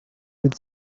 with